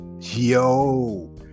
Yo